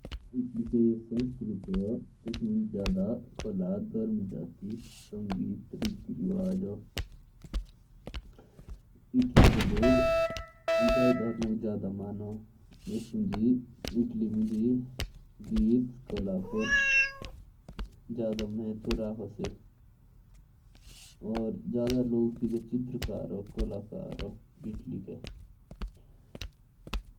फ्रांस में ज़्यादा इसाई धर्म को मानते हैं। और यहाँ के लोग चित्रकार हैं, यहाँ कला बहुत पसंद है।